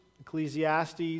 Ecclesiastes